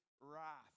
wrath